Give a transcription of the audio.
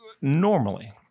normally